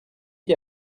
qui